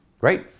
great